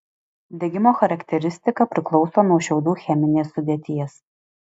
degimo charakteristika priklauso nuo šiaudų cheminės sudėties